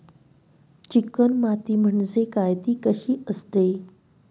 Chicken माती म्हणजे काय? ति कशी असते?